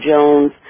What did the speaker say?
Jones